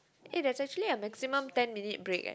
eh there's actually a maximum ten minute break eh